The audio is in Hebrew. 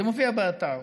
זה מופיע באתר.